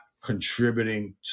contributing